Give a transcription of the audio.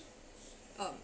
um